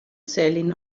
sailing